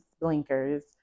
blinkers